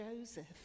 Joseph